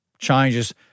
changes